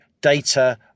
data